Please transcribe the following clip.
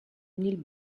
mille